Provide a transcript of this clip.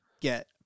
get